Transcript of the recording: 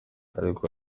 ariko